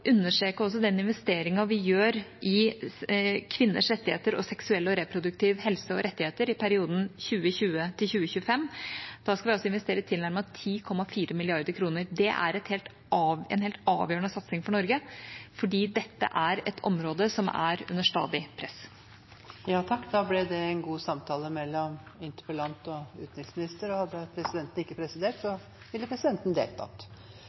vi gjør i kvinners rettigheter og seksuell og reproduktiv helse og rettigheter i perioden 2020–2025. Da skal vi altså investere tilnærmet 10,4 mrd. kr. Det er en helt avgjørende satsing for Norge fordi dette er et område som er under stadig press. Det ble en god samtale mellom interpellant og utenriksminister, og hadde presidenten ikke presidert, ville presidenten deltatt.